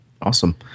Awesome